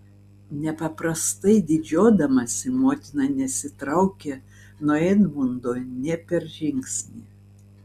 nepaprastai didžiuodamasi motina nesitraukė nuo edmundo nė per žingsnį